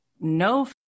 no